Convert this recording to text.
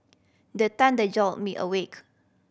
the thunder jolt me awake